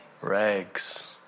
rags